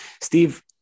Steve